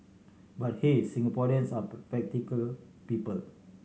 but hey Singaporeans are practical people